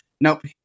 nope